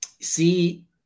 See